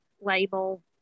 label